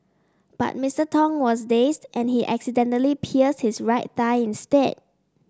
but Mister Tong was dazed and he accidentally pierced his right thigh instead